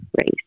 race